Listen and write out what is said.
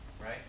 right